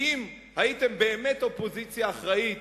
אם הייתם באמת אופוזיציה אחראית,